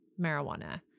marijuana